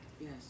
Yes